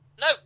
No